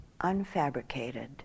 unfabricated